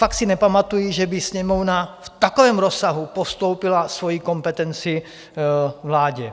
Fakt si nepamatuji, že by Sněmovna v takovém rozsahu postoupila svoji kompetenci vládě.